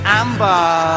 amber